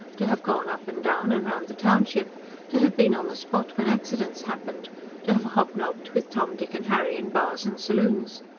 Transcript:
to have gone up and down and round the township to have been on the spot when accidents happened to have hobnobbed with tom, dick and harry in bars and saloons.